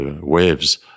waves